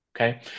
Okay